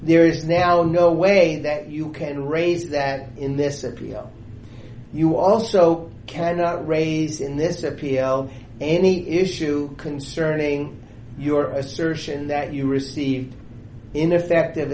there is now in no way that you can raise that in this appeal you also cannot raise in this appeal any issue concerning your assertion that you received ineffective